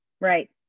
right